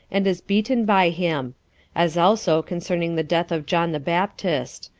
and is beaten by him as also concerning the death of john the baptist.